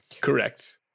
Correct